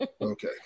Okay